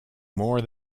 more